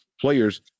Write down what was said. players